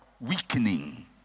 weakening